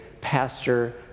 pastor